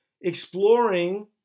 exploring